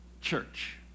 church